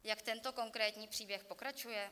Jak tento konkrétní příběh pokračuje?